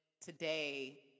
today